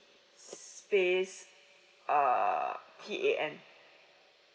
space uh T A N